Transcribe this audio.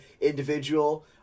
individual